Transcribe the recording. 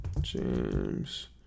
James